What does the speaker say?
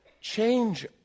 change